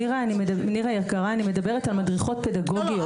נירה יקרה, אני מדברת על מדריכות פדגוגיות.